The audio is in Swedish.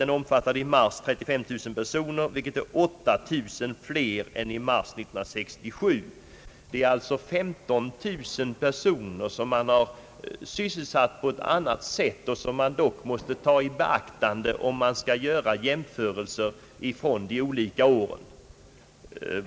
Den omfattade i mars 35 000 personer, vilket är 8 000 fler än i mars 1967. Det är alltså 15 000 personer som man har sysselsatt på annat sätt. Denna siffra måste man dock ta i beaktande, om man skall göra jämförelser mellan de olika åren.